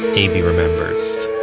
abie remembers.